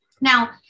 Now